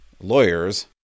lawyer's